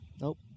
Nope